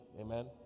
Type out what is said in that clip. amen